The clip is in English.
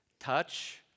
touch